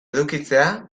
edukitzea